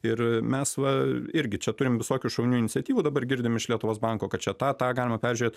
ir mes va irgi čia turim visokių šaunių iniciatyvų dabar girdim iš lietuvos banko kad čia tą tą galima peržiūrėt